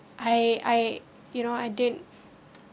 I I you know I did